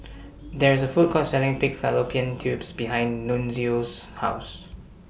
There IS A Food Court Selling Pig Fallopian Tubes behind Nunzio's House